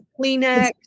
Kleenex